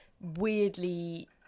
weirdly